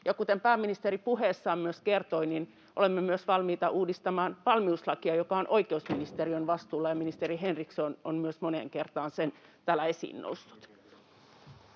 myös pääministeri puheessaan kertoi, niin olemme myös valmiita uudistamaan valmiuslakia, joka on oikeusministeriön vastuulla, ja myös ministeri Henriksson on moneen kertaan sen täällä esiin nostanut.